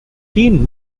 team